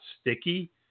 sticky